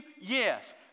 Yes